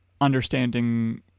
understanding